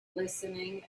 listening